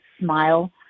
smile